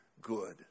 good